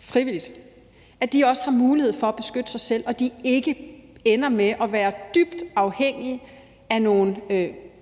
frivilligt er i sexarbejde, også har mulighed for at beskytte sig selv, og at de ikke ender med at være dybt afhængige af nogle